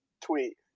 tweet